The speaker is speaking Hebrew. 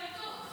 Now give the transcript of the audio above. בחסות ההשתמטות.